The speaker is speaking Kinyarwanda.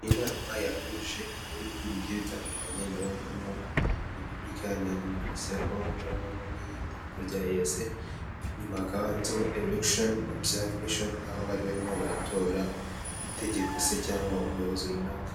Iyi inama yahuje ibihugu bigiye bitandukanye ndabonamo repubulika iharanira demokarasi ya Kongo, ndabonamo n'idarapo rya EAC nyuma hakaba handitse eregisheni, obuzave nasheni nk'aho bari barimo baratora itegeko se cyangwa umuyobozi runaka.